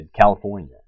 California